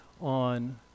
on